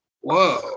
Whoa